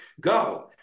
go